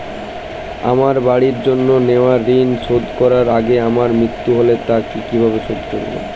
আমার বাড়ির জন্য নেওয়া ঋণ শোধ করার আগে আমার মৃত্যু হলে তা কে কিভাবে শোধ করবে?